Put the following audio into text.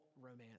romance